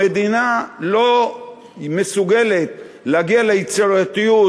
המדינה לא מסוגלת להגיע ליצירתיות,